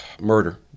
murder